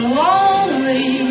lonely